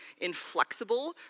inflexible